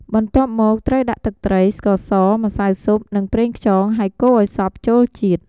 បន្ទាប់មកត្រូវដាក់ទឹកត្រី ស្ករស ម្សៅស៊ុប និងប្រេងខ្យង ហើយកូរឱ្យសព្វចូលជាតិ។